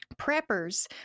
preppers